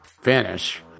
finish